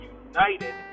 united